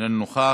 איננו נוכח,